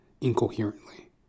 incoherently